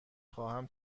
خواهم